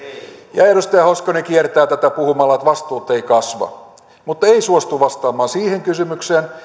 ja edustaja hoskonen kiertää tätä puhumalla että vastuut eivät kasva mutta ei suostu vastaamaan siihen kysymykseen